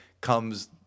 comes